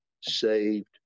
saved